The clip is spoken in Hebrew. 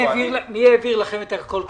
מי העביר לכם את הקול קורא?